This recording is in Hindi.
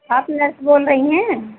आप नर्स बोल रही हैं